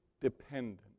dependent